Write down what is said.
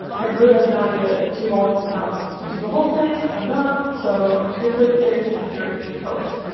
i really have no idea if two balls is enough to do the whole thing or not so i'm just gonna play it safe and do it in two colors